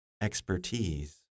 expertise